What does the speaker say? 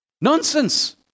Nonsense